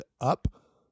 up